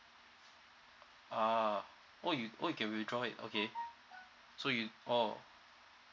ah oh you oh you can withdraw it okay so you orh